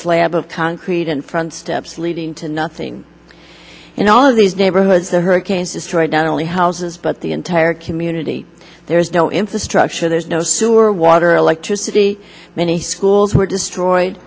slab of concrete in front steps leading to nothing and all of these dave hoods or hurricanes destroyed not only houses but the entire community there is no infrastructure there's no sewer water electricity many schools were destroyed